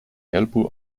helpu